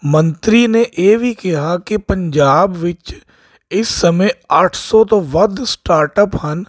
ਮੰਤਰੀ ਨੇ ਇਹ ਵੀ ਕਿਹਾ ਕਿ ਪੰਜਾਬ ਵਿੱਚ ਇਸ ਸਮੇਂ ਅੱਠ ਸੌ ਤੋਂ ਵੱਧ ਸਟਾਰਟ ਅਪ ਹਨ